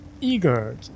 eager